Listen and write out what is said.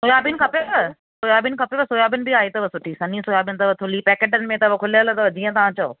soybean खपेव soybean खपेव soybean बि आई अथव सुठी सनी सोयाबीन अथव थुली पैकेटनि में अथव खुलियलु अथव जीअं तव्हां चओ